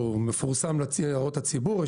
הוא מפורסם להערות הציבור.